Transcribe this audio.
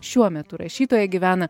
šiuo metu rašytoja gyvena